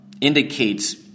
indicates